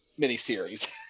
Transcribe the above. miniseries